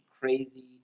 Crazy